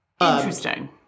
Interesting